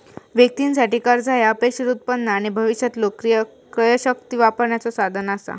व्यक्तीं साठी, कर्जा ह्या अपेक्षित उत्पन्न आणि भविष्यातलो क्रयशक्ती वापरण्याचो साधन असा